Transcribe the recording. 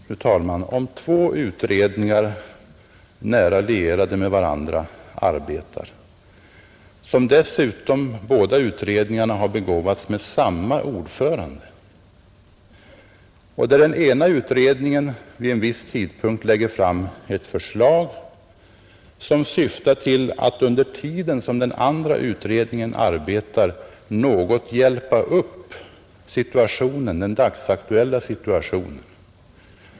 Fru talman! Två med varandra nära lierade utredningar, som båda har begåvats med samma ordförande, arbetar samtidigt. Den ena utredningen lägger vid en viss tidpunkt fram ett förslag, som syftar till att under tiden som den andra utredningen arbetar något hjälpa upp den dagsaktuella situationen.